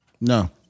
No